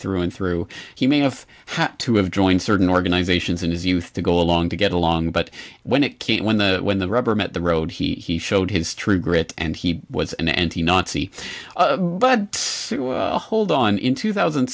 through and through he may have had to have joined certain organizations in his youth to go along to get along but when it came when the when the rubber met the road he showed his true grit and he was and he nazi but hold on in two thousand